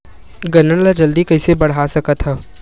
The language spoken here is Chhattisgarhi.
गन्ना ल जल्दी कइसे बढ़ा सकत हव?